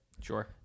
Sure